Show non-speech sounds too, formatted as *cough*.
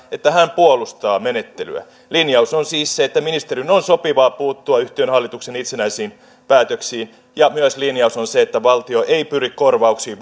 että hän puolustaa menettelyä linjaus on siis se että ministerin on sopivaa puuttua yhtiön hallituksen itsenäisiin päätöksiin ja myös linjaus on se että valtio ei pyri korvauksiin *unintelligible*